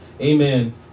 amen